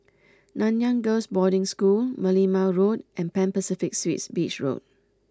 Nanyang Girls' Boarding School Merlimau Road and Pan Pacific Suites Beach Road